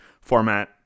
format